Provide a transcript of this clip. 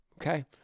Okay